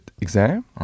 exam